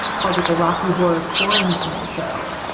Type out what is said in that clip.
called it the rocky horror quarantine show.